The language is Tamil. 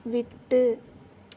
விட்டு